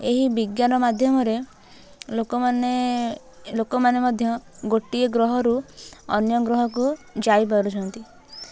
ଏହି ବିଜ୍ଞାନ ମାଧ୍ୟମରେ ଲୋକମାନେ ଲୋକମାନେ ମଧ୍ୟ ଗୋଟିଏ ଗ୍ରହରୁ ଅନ୍ୟ ଗ୍ରହକୁ ଯାଇ ପାରୁଛନ୍ତି